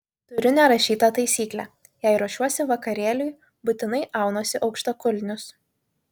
turiu nerašytą taisyklę jei ruošiuosi vakarėliui būtinai aunuosi aukštakulnius